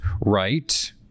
right